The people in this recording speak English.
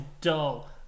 dull